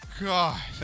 God